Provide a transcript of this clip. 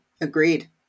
Agreed